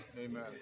Amen